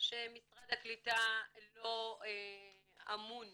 שמשרד הקליטה לא אמון